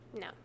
No